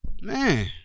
Man